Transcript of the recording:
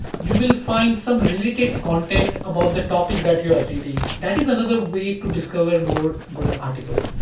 you will find some related content about the topic that you are reading. that is another way to discover more good articles.